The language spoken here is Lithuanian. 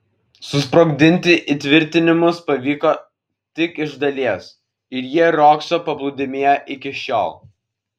susprogdinti įtvirtinimus pavyko tik iš dalies ir jie riogso paplūdimyje iki šiol